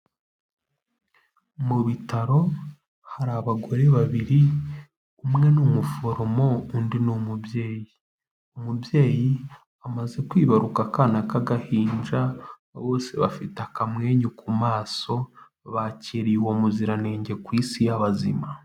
Mu bitaro hari abagore babiri umwe ni umuforomo, undi ni umubyeyi. Umubyeyi amaze kwibaruka akana k'agahinja, bose bafite akamwenyu ku maso; bakiriye uwo muziranenge ku isi y'abazima.